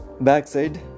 backside